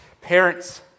parents